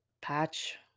patch